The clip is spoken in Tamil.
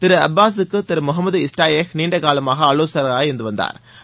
திரு அப்பாஸ் க்கு திரு முகமது இஷ்டாயேஹ் நீண்ட காலமாக ஆவோசகராக இருந்து வந்தாா்